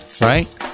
right